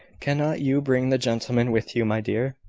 cannot you bring the gentleman with you, my dear?